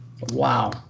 Wow